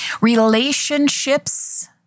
Relationships